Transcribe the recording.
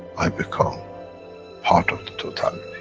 i become part of the totality.